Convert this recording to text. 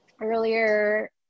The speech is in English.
earlier